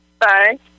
Bye